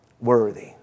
Worthy